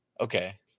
Okay